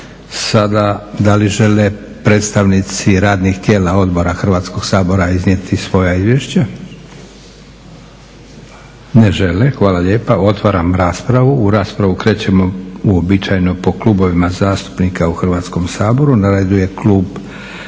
Sada da li žele predstavnici radnih tijela Odbora Hrvatskoga sabora iznijeti svoja izvješća? Ne žele. Hvala lijepa. Otvaram raspravu. U raspravu krećemo uobičajeno po klubovima zastupnika u Hrvatskom saboru. Na redu je klub